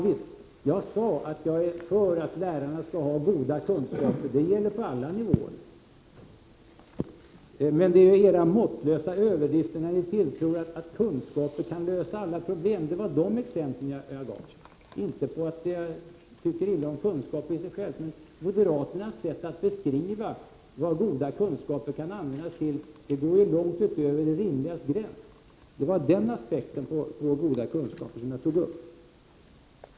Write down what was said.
Jag sade att jag är för att lärarna skall ha goda kunskaper. Det gäller på alla nivåer. Det var era måttlösa överdrifter och exempel på att kunskaper skulle lösa alla problem som jag reagerade mot. Det är inte så att jag tycker illa om kunskaper i sig själva, men moderaternas sätt att beskriva vad goda kunskaper kan användas till går långt utöver det rimligas gräns. Det var den aspekten på goda kunskaper som jag tog upp.